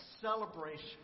celebration